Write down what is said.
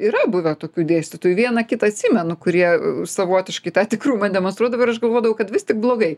yra buvę tokių dėstytojų vieną kitą atsimenu kurie savotiškai tą tikrumą demonstruodavo ir aš galvodavau kad vis tik blogai